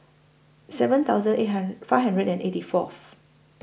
seven thousand eight hundred five hundred and eighty Fourth